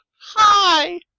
Hi